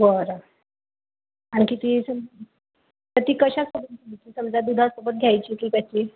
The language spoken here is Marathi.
बरं आणखी ती सम तर ती कशासोबत समजा दुधासोबत घ्यायची की कशी